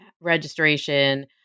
registration